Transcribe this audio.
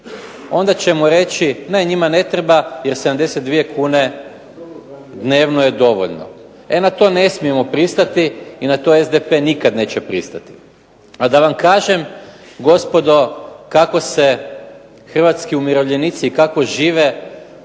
Onda ćemo reći ne njima ne treba jer 72 kune dnevno je dovoljno. E na to ne smijemo pristati i na to SDP nikada neće pristati. A da vam kažem kako se Hrvatski umirovljenici i kako žive